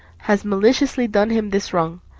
has maliciously done him this wrong,